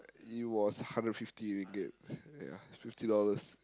it was hundred fifty ringgit ya fifty dollars